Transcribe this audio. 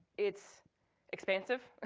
it's expansive.